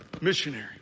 Missionary